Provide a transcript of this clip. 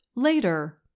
Later